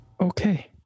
Okay